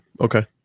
Okay